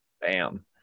Bam